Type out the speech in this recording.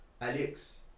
Alex